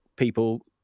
People